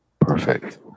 Perfect